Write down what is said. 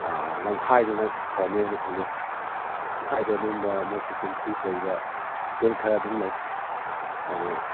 ꯂꯝꯈꯥꯏꯗꯅ ꯐꯅꯦꯅ ꯈꯜꯂꯤ ꯂꯝꯈꯥꯏꯗ ꯑꯗꯨꯒꯨꯝꯕ ꯃꯣꯏ ꯐꯦꯁꯤꯂꯤꯇꯤꯁ ꯂꯩꯕ ꯍꯣꯇꯦꯜ ꯈꯔ ꯑꯗꯨꯝ ꯂꯩ ꯑꯗꯨ